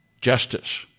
justice